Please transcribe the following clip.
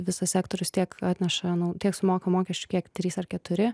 visas sektorius tiek atneša nu tiek sumoka mokesčių kiek trys ar keturi